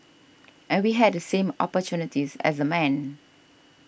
and we had the same opportunities as the men